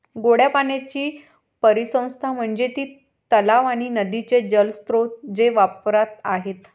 गोड्या पाण्याची परिसंस्था म्हणजे ती तलाव आणि नदीचे जलस्रोत जे वापरात आहेत